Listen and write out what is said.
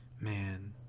Man